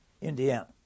Indiana